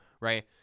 right